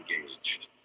engaged